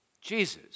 Jesus